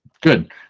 good